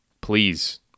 please